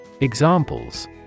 Examples